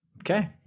Okay